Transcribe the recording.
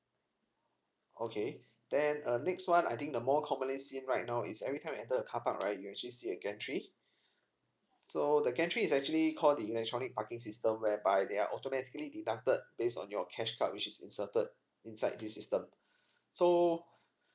okay then uh next one I think the more commonly seen right now is every time you enter the carpark right you actually see the gantry so the gantry is actually called the electronic parking system whereby they are automatically deducted based on your cash card which is inserted inside this system so